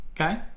okay